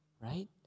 Right